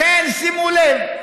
לכן, שימו לב,